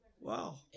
Wow